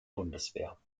bundeswehr